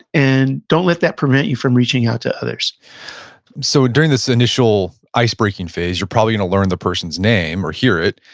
and don't let that prevent you from reaching out to others so, during this initial ice breaking phase, you're probably going to learn the person's name, or hear it,